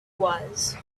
was